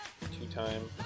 two-time